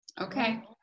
Okay